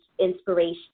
inspiration